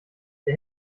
der